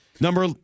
Number